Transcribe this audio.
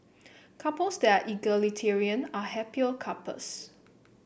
couples that are egalitarian are happier couples